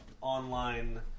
online